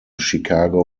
chicago